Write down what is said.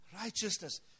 Righteousness